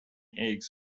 eggs